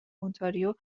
اونتاریو